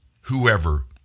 whoever